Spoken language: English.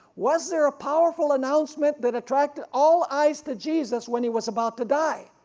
was there a powerful announcement that attracted all eyes to jesus when he was about to die?